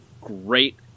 great